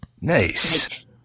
Nice